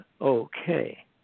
okay